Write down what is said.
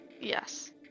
Yes